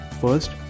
First